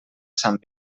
sant